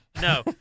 no